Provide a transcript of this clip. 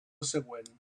següent